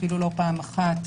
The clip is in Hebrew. אפילו לא פעם אחת,